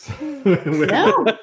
No